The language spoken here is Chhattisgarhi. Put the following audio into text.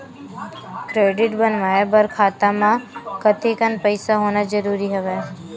क्रेडिट बनवाय बर खाता म कतेकन पईसा होना जरूरी हवय?